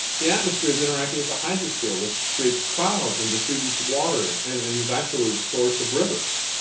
the atmosphere is interacting with the hydrosphere which creates clouds and distributes water and and and it's actually the source of rivers.